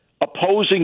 opposing